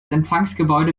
empfangsgebäude